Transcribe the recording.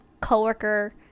co-worker